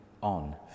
on